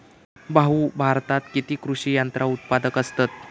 भाऊ, भारतात किती कृषी यंत्रा उत्पादक असतत